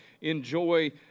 enjoy